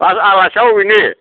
आरो आलासिया अबेनि